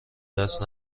دست